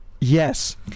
Yes